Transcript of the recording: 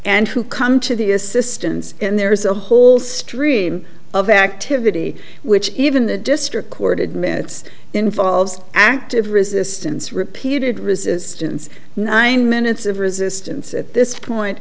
and who come to the assistance and there's a whole stream of activity which even the district court admits involves active resistance repeated resistance nine minutes of resistance at this point